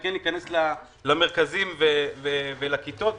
וכן להיכנס למרכזים ולכיתות.